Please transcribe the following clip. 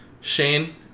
Shane